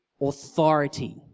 authority